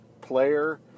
player